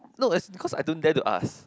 no as because I don't dare to ask